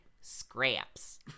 scraps